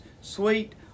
Sweet